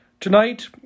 Tonight